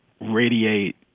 radiate